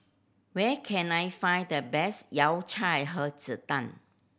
where can I find the best Yao Cai Hei Ji Tang